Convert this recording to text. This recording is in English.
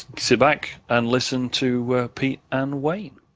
sit back and listen to pete and wayne.